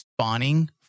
spawning